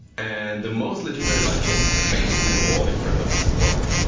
and the most legendary live chats make it to the wall in front of the support.